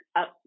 up